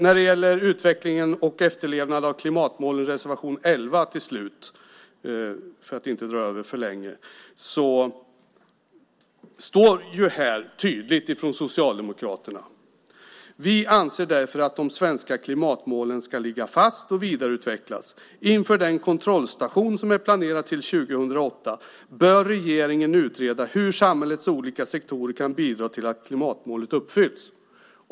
När det gäller utvecklingen och efterlevnaden av klimatmålen står det tydligt i reservation 11 från Socialdemokraterna: Vi anser därför att de svenska klimatmålen ska ligga fast och vidareutvecklas. Inför den kontrollstation som är planerad till 2008 bör regeringen utreda hur samhällets olika sektorer kan bidra till att klimatmålet uppfylls.